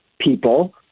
people